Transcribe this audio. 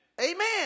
Amen